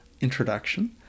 introduction